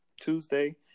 Tuesday